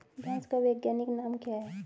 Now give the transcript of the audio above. भैंस का वैज्ञानिक नाम क्या है?